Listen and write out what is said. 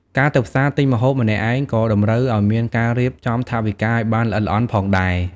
ការទៅផ្សារទិញម្ហូបម្នាក់ឯងក៏តម្រូវឱ្យមានការរៀបចំថវិកាឱ្យបានល្អិតល្អន់ផងដែរ។